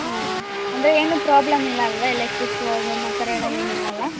ಹ್ಞೂ ಅಂದರೆ ಏನೂ ಪ್ರಾಬ್ಲಮ್ ಇಲ್ಲ ಅಲ್ಲವಾ ಎಲೆಕ್ಟ್ರಿಕ್ ಪ್ರಾಬ್ಲಮ್ ಆ ಥರ ಎಲ್ಲ ಏನಿಲ್ಲ ಅಲ್ವ